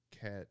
Cat